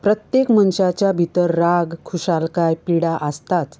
प्रत्येक मनशाच्या भितर राग खुशालकाय आनी पिडा आसताच